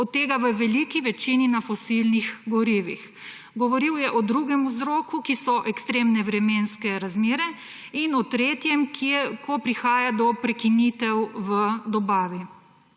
od tega v veliki večini na fosilnih govorih. Govoril je o drugem vzroku, ki so ekstremne vremenske razmere, in o tretjem, ko prihaja do prekinitev v dobavi.